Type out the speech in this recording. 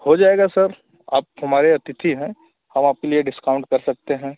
हो जाएगा सर आप हमारे अतिथि हैं हम आपके लिए डिस्काउंट कर सकते हैं